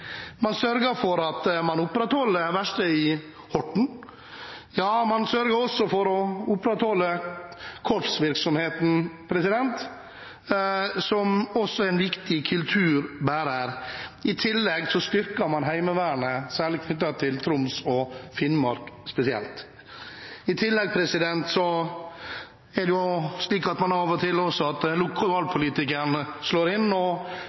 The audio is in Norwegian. Man sørger for at man opprettholder verkstedet i Horten. Ja, man sørger også for å opprettholde korpsvirksomheten, som også er en viktig kulturbærer. I tillegg styrker man Heimevernet, særlig knyttet til Troms og Finnmark spesielt. I tillegg er det slik at av og til slår også lokalpolitikeren inn, og det er kjekt å se at